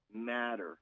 matter